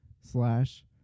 slash